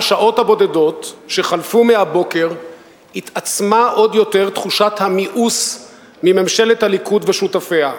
שחלפו מהבוקר התעצמה עוד יותר תחושת המיאוס מממשלת הליכוד ושותפיה.